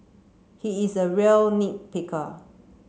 he is a real nit picker